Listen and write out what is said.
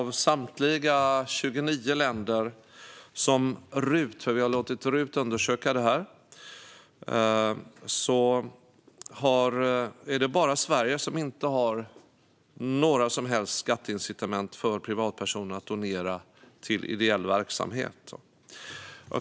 Vi har låtit RUT undersöka det här, och av samtliga 29 länder som de tittat på är det bara Sverige som inte har några som helst skatteincitament för privatpersoner att donera till ideell verksamhet.